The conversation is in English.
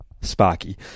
Sparky